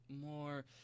more